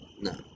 No